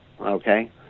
okay